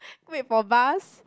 wait for bus